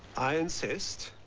i insist.